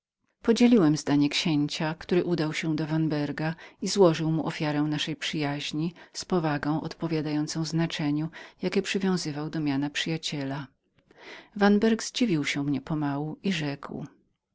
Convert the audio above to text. podzieliłem zdanie księcia który udał się do vanberga i złożył mu ofiarę naszej przyjaźni z uroczystością odpowiadającą wadze jaką przywiązywał do nazwiska przyjaciela vanberg zdziwił się niepomału i rzekł